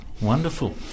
Wonderful